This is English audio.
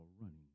running